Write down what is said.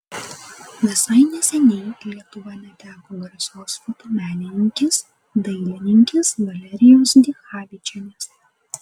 visai neseniai lietuva neteko garsios fotomenininkės dailininkės valerijos dichavičienės